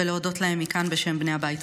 ולהודות להם מכאן בשם בני הבית.